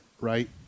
right